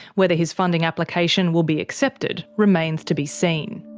whether his funding application will be accepted remains to be seen.